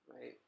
right